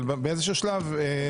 אבל באיזשהו שלב די,